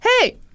Hey